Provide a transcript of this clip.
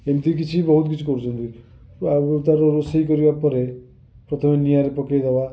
ଏମିତି କିଛି ବହୁତ କିଛି କରୁଛନ୍ତି ଆଉ ତାର ରୋଷେଇ କରିବା ପରେ ପ୍ରଥମେ ନିଆଁ ରେ ପକାଇଦେବା